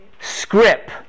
Script